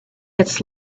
its